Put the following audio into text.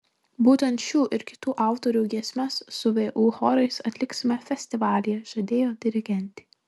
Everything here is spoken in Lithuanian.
būtent šių ir kitų autorių giesmes su vu chorais atliksime festivalyje žadėjo dirigentė